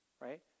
right